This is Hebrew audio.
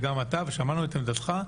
שמענו גם את עמדתך.